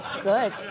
Good